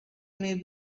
may